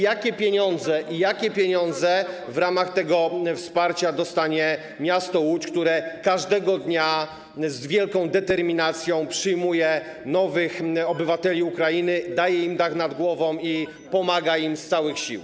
I jakie pieniądze w ramach tego wsparcia dostanie miasto Łódź, które każdego dnia z wielką determinacją przyjmuje nowych obywateli Ukrainy, daje im dach nad głową i pomaga im z całych sił?